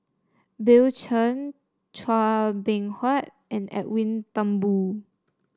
Bill Chen Chua Beng Huat and Edwin Thumboo